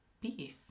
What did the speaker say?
Beef